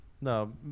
no